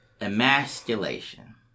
emasculation